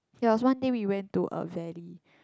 there was one day we went to a valley